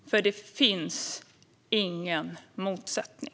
För det finns ingen motsättning.